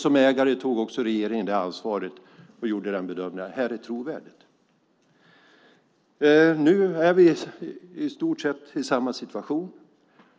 Som ägare tog också regeringen det ansvaret och gjorde bedömningen att det här var trovärdigt. Nu är vi i stort sett i samma situation.